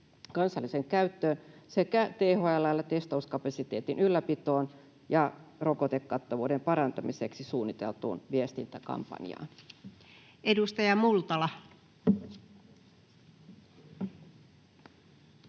kansalliseen käyttöön sekä THL:lle testauskapasiteetin ylläpitoon ja rokotekattavuuden parantamiseksi suunniteltuun viestintäkampanjaan. [Speech 52]